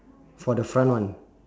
for the front one